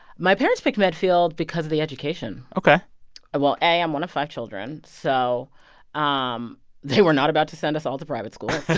my parents picked medfield because of the education ok well, a, i'm one of five children, so um they were not about to send us all to private school